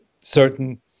certain